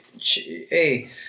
hey